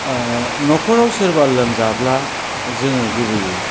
न'खराव सोरबा लोमजाब्ला जोङो गुबैयै